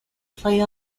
play